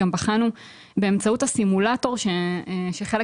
כשבחנו באמצעות הסימולטור שחלק